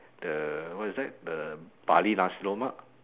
the what is that the bali nasi lemak